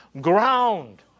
ground